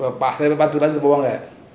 பாத்து பாத்து போவாங்க:pathu pathu povanga